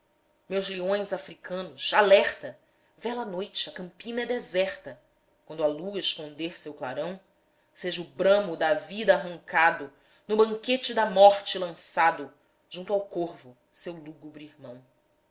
meus leões africanos alerta vela a noite a campina é deserta quando a lua esconder seu clarão seja o bramo da vida arrancado no banquete da morte lançado junto ao corvo seu lúgubre irmão